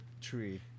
tree